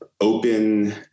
open